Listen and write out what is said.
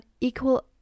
equal